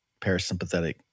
parasympathetic